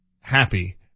happy